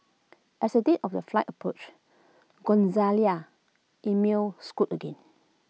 as the date of their flight approach Gonzalez email scoot again